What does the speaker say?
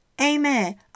Amen